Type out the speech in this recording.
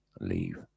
leave